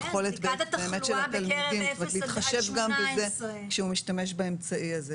בהתחשב גם בזה שהוא משתמש באמצעי הזה.